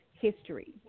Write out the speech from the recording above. history